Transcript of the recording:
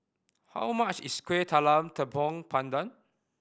how much is Kueh Talam Tepong Pandan